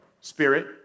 Spirit